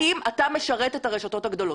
האם אתה משרת את הרשתות הגדולות?